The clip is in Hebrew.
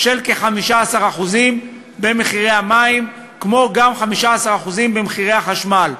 של כ-15% במחירי המים, כמו גם 15% במחירי החשמל.